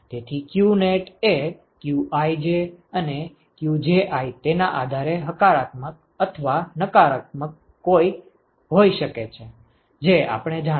તેથી qnet એ qij અને qji તેના આધારે હકારાત્મક અથવા નકારાત્મક હોઈ શકે છે જે આપણે જાણતા નથી